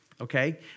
okay